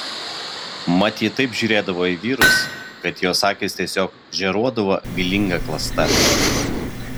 mat ji taip žiūrėdavo į vyrus kad jos akys tiesiog žėruodavo vylinga klasta